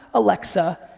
alexa,